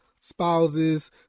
spouses